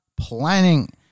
planning